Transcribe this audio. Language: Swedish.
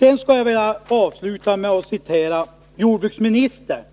Jag skulle vilja sluta med att citera något av vad